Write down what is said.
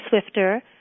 swifter